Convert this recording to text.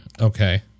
okay